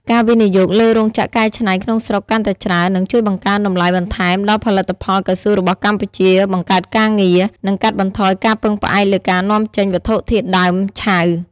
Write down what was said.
ការវិនិយោគលើរោងចក្រកែច្នៃក្នុងស្រុកកាន់តែច្រើន នឹងជួយបង្កើនតម្លៃបន្ថែមដល់ផលិតផលកៅស៊ូរបស់កម្ពុជា បង្កើតការងារ និងកាត់បន្ថយការពឹងផ្អែកលើការនាំចេញវត្ថុធាតុដើមឆៅ។